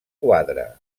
quadre